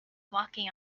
walking